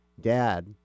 Dad